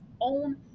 own